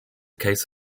case